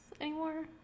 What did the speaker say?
anymore